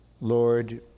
Lord